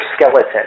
skeleton